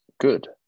good